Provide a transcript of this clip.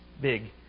big